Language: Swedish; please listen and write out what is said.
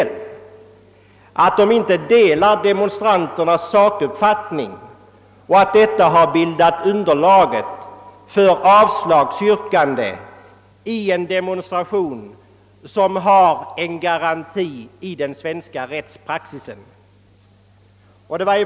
Polisen har inte delat demonstranternas sakuppfattning, och detta har bildat underlag för av styrkande av ansökan att få anordna demonstration, som är garanterad enligt svensk rättspraxis.